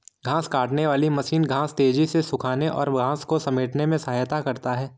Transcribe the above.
घांस काटने वाली मशीन घांस तेज़ी से सूखाने और घांस को समेटने में सहायता करता है